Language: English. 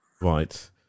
Right